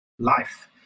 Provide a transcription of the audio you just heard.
life